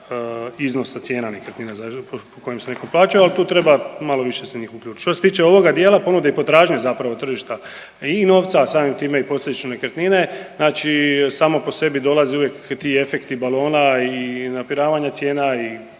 iznosa cijena nekretnina po kojim se nekom plaćalo, al tu treba malo više se njih uključit. Što se tiče ovoga dijela ponude i potražnje zapravo tržišta i novca, a samim time i postojeće nekretnine, znači samo po sebi dolazi uvijek ti efekti balona i napiravanja cijena i